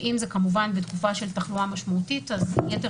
ואם זה כמובן בתקופה של תחלואה משמעותית אז יתר